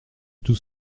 tout